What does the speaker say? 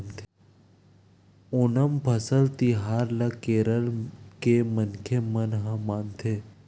ओनम फसल तिहार ल केरल के मनखे मन ह मनाथे